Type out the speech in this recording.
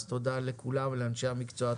תודה לכולם, ותודה לאנשי המקצוע.